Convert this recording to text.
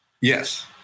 Yes